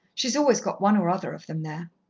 she's always got one or other of them there.